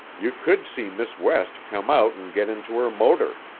you could see miss west come out and get into her motor.